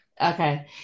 Okay